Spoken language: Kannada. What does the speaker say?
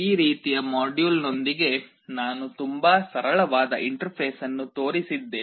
ಈ ರೀತಿಯ ಮಾಡ್ಯೂಲ್ನೊಂದಿಗೆ ನಾನು ತುಂಬಾ ಸರಳವಾದ ಇಂಟರ್ಫೇಸ್ ಅನ್ನು ತೋರಿಸಿದ್ದೇನೆ